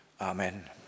Amen